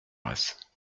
grâce